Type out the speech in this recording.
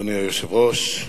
אדוני היושב-ראש,